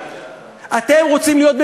אתם לא רוצים.